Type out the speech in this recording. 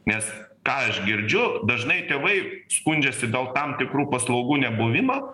nes ką aš girdžiu dažnai tėvai skundžiasi dėl tam tikrų paslaugų nebuvimo